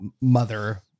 mother